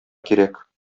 кирәк